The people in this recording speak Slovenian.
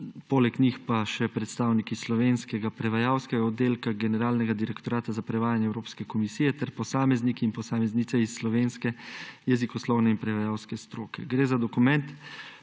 poleg njih pa še predstavniki Slovenskega prevajalskega oddelka Generalnega direktorata za prevajanje Evropske komisije ter posamezniki in posameznice iz slovenske jezikoslovne in prevajalske stroke. Gre za dokument,